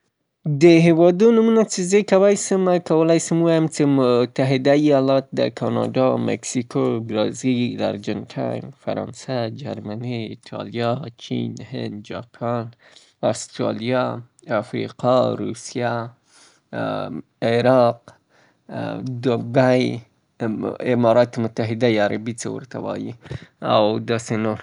د هیوادو نومونه لکه ایالات متحده امریکا، کانادا، مکسیکو، برازیل، ارجنتآین، جرمنی، فرانسه، ایټالیا، اسپانیا، چین، جاپان، آسترالیا، سویلي افریقا، مصر، روسیه، انګلستان، اندونیشیا، نایجیریا او ترکیه.